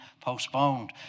postponed